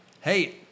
Hey